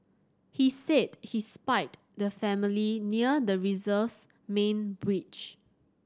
he said he spied the family near the reserve's main bridge